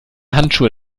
handschuhe